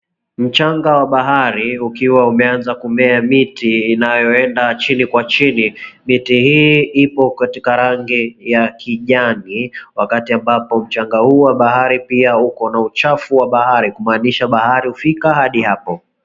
Mchanga wa bahari ukiwa umeanza kumea miti inayoenda chini kwa chini. Miti hii ipo katika rangi ya kijani wakati ambapo mchanga huo wa bahari pia uko na uchafu wa bahari kumaanisha bahari hufika hadi hapo.